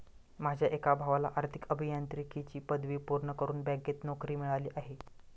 माझ्या एका भावाला आर्थिक अभियांत्रिकीची पदवी पूर्ण करून बँकेत नोकरी मिळाली आहे